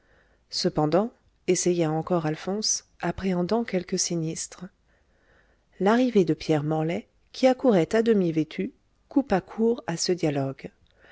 cependant essaya encore alphonse appréhendant quelque sinistre l'arrivée de pierre morlaix qui accourait à demi vêtu coupa court à ce dialogue